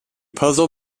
puzzle